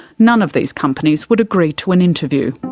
none of these companies would agree to an interview.